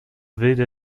wilde